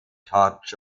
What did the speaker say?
touch